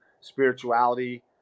spirituality